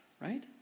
right